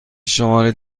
شماره